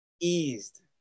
Eased